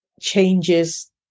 changes